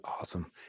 awesome